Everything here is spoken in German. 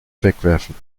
wegwerfen